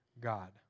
God